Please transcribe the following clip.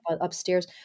upstairs